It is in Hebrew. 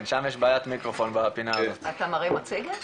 סליחה, אבשלום וילן,